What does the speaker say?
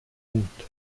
punkt